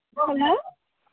অঁ হেল্ল'